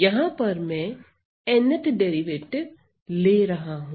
यहां पर मैं nth डेरिवेटिव ले रहा हूं